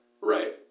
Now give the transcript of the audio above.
Right